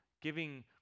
giving